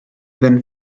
then